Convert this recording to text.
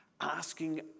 Asking